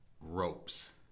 ropes